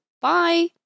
bye